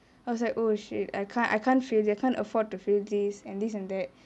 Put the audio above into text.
I was like oh shit I can't I can't fail I can't afford to fail this and this and that